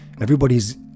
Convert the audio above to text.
everybody's